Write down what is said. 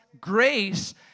Grace